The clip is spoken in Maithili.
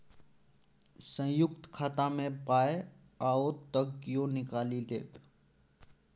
संयुक्त खाता मे पाय आओत त कियो निकालि लेब